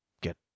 get